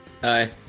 Hi